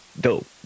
dope